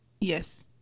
Yes